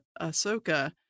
ahsoka